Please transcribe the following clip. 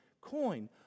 coin